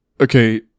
okay